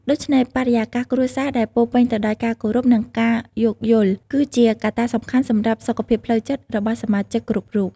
ដូច្នេះ បរិយាកាសគ្រួសារដែលពោរពេញទៅដោយការគោរព និងការយោគយល់ គឺជាកត្តាសំខាន់សម្រាប់សុខភាពផ្លូវចិត្តរបស់សមាជិកគ្រប់រូប។